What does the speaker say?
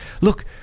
look